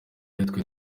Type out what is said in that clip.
aritwo